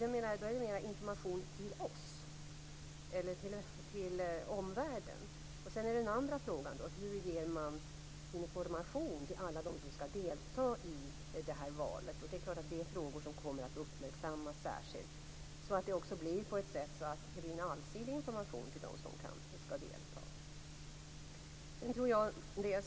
Då handlar det mer om information till oss, till omvärlden. En annan aspekt är hur man ger information till alla som skall delta i valet. Det är frågor som kommer att uppmärksammas särskilt på ett sådant sätt att informationen blir allsidig.